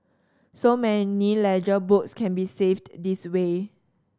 so many ledger books can be saved this way